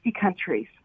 countries